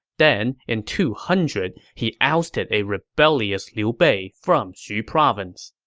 then, in two hundred, he ousted a rebellious liu bei from xu province.